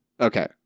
Okay